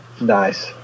nice